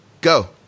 go